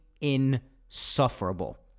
insufferable